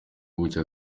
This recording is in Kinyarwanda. muri